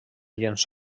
llenç